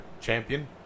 champion